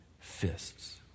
fists